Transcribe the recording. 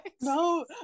No